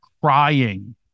crying